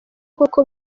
koko